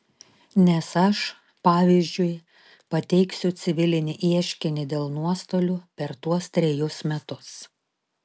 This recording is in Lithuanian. nes aš pavyzdžiui pateiksiu civilinį ieškinį dėl nuostolių per tuos trejus metus